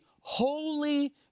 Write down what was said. holy